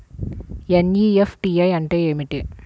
NEFT అంటే ఏమిటీ?